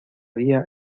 día